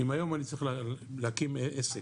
אם היום אני צריך להקים עסק,